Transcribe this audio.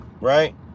right